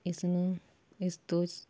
ਇਸ ਨੂੰ ਇਸ ਤੋਂ